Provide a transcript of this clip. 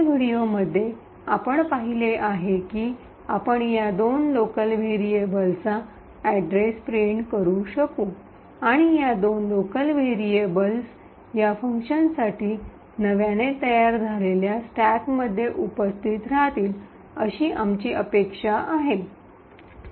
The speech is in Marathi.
मागील व्हिडिओमध्ये आपण हे पाहिले आहे की आपण या दोन लोकल व्हेरिएबल्सचा अड्रेस प्रिंट करू शकू आणि या दोन लोकल व्हेरिएबल्स या फंक्शनसाठी नव्याने तयार झालेल्या स्टॅकमध्ये उपस्थित राहतील अशी आमची अपेक्षा आहे